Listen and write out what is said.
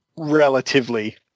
relatively